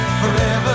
forever